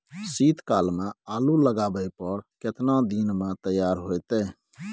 शीत काल में आलू लगाबय पर केतना दीन में तैयार होतै?